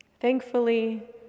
thankfully